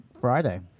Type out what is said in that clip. Friday